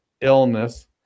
illness